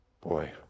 Boy